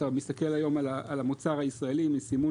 אתה מסתכל היום על המוצר הישראלי ועל הסימון